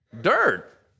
dirt